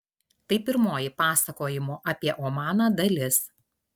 tai pirmoji pasakojimo apie omaną dalis